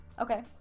Okay